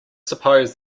suppose